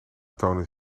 tonen